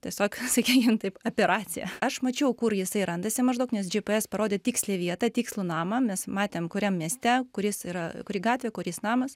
tiesiog sakykim taip operaciją aš mačiau kur jisai randasi maždaug nes gps parodė tikslią vietą tikslų namą mes matėme kuriam mieste kuris yra kuri gatvė kuris namas